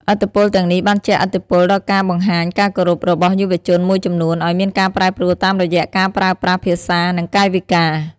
ឥទ្ធិពលទាំងនេះបានជះឥទ្ធិពលដល់ការបង្ហាញការគោរពរបស់យុវជនមួយចំនួន ឲ្យមានការប្រែប្រួលតាមរយៈការប្រើប្រាស់ភាសា និងកាយវិការ។